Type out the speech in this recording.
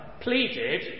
pleaded